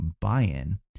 buy-in